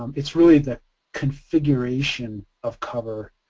it's really that configuration of cover